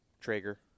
Traeger